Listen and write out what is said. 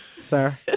sir